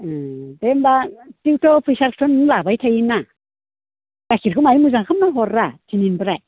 दे होनबा थेवबोथ' फैसासोन लाबाय थायोना गाइखेरखौ बाहाय मोजांखौनो हररा दिनैनिफ्राय